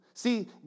See